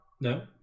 No